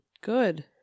Good